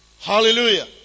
Hallelujah